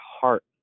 heart